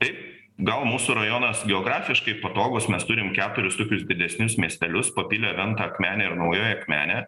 taip gal mūsų rajonas geografiškai patogus mes turim keturis tokius didesnius miestelius papilę ventą akmenę ir naująją akmenę